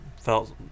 felt